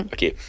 Okay